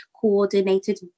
coordinated